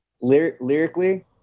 lyrically